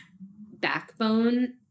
backbone